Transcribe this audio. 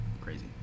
crazy